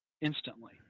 instantly